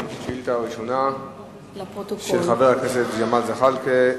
שאילתא ראשונה, 460, של חבר הכנסת ג'מאל זחאלקה,